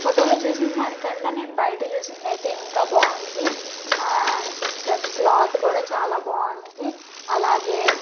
ఫోటోలు చూసిన దానికన్నా నేను బయట చూసింది ఐతే ఇంకా బాగుంది ఆ డ్రెస్ క్లాత్ కూడా చాలా బాగుంది అండ్ అలాగే